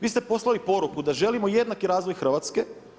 Vi ste poslali poruku da želimo jednaki razvoj Hrvatske.